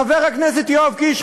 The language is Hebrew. חבר הכנסת יואב קיש,